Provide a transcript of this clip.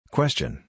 Question